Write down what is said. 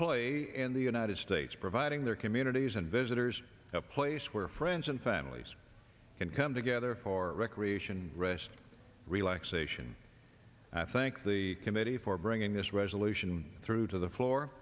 in the united states providing their communities and visitors a place where friends and families can come together for recreation rest relaxation i think the committee for bringing this resolution through to the floor